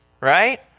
right